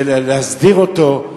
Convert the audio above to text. ולהסדיר אותו: